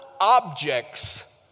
objects